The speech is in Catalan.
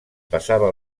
passava